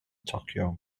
tokyo